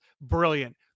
brilliant